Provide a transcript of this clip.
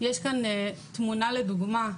יש כאן תמונה לדוגמה,